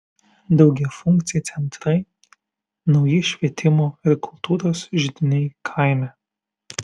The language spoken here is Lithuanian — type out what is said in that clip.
daugiafunkciai centrai nauji švietimo ir kultūros židiniai kaime